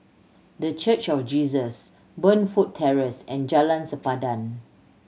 The Church of Jesus Burnfoot Terrace and Jalan Sempadan